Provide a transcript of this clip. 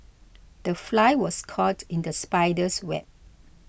the fly was caught in the spider's web